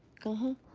go? where?